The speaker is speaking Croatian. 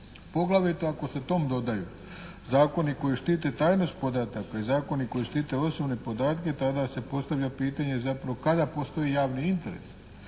Poglavito ako se tom dodaju zakoni koji štite tajnost podataka i zakona koji štite osobne podatke, tada se postavlja pitanje zapravo kada postoji javni interes